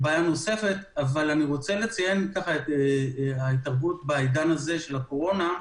אני רוצה לציין את ההתערבות בעידן הזה של הקורונה.